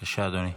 בבקשה, אדוני.